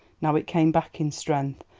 now it came back in strength,